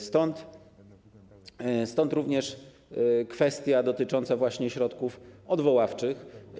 Stąd również kwestia dotycząca właśnie środków odwoławczych.